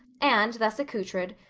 and, thus accoutred,